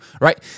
right